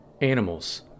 Animals